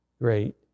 great